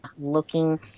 looking